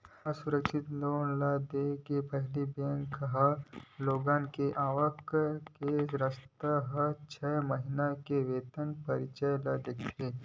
असुरक्छित लोन ल देय के पहिली बेंक ह लोगन के आवक के रस्ता, छै महिना के वेतन परची ल देखथे